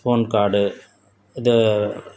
phone card இது